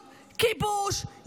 כיבוש,